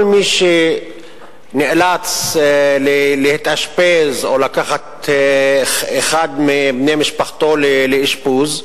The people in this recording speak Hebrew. כל מי שנאלץ להתאשפז או לקחת אחד מבני משפחתו לאשפוז,